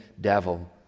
devil